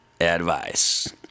Advice